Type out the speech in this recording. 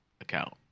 account